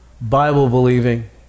Bible-believing